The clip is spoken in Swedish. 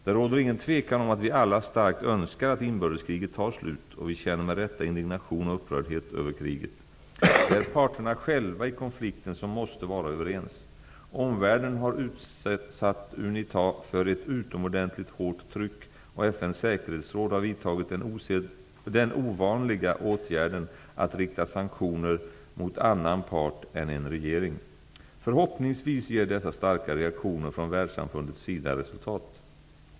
Det råder ingen tvekan om att vi alla starkt önskar att inbördeskriget tar slut, och vi känner med rätta indignation och upprördhet över kriget. Det är parterna själva i konflikten som måste vara överens. Omvärlden har utsatt UNITA för ett utomordentligt hårt tryck, och FN:s säkerhetsråd har vidtagit den ovanliga åtgärden att rikta sanktioner mot annan part än en regering. Förhoppningsvis ger dessa starka reaktioner från världssamfundets sida resultat.